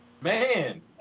Man